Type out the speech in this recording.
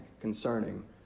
concerning